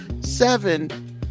seven